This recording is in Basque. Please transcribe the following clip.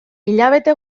hilabete